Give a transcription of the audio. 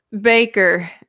Baker